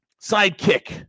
sidekick